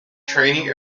training